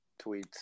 tweets